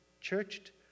churched